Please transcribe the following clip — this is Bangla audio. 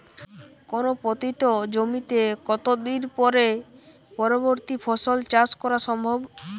কোনো পতিত জমিতে কত দিন পরে পরবর্তী ফসল চাষ করা সম্ভব?